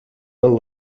del